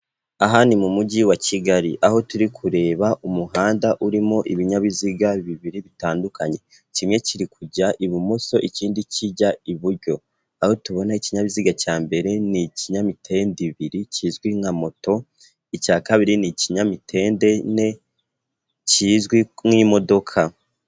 Aha ni mu mujyi wa Kigali. Aho turi kureba umuhanda urimo ibinyabiziga bibiri bitandukanye. Kimwe kiri kujya ibumoso ikindi kijya iburyo. Aho tubona ikinyabiziga cya mbere ni ikinyamitende ibiri kizwi nka moto, icya kabiri ni ikinyamitende ine kizwi nk'imodoka.